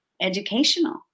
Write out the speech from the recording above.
educational